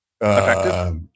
Effective